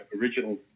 original